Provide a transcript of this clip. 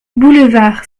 boulevard